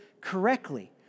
correctly